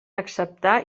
acceptar